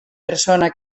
persona